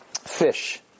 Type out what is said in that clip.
fish